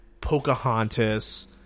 Pocahontas